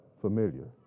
familiar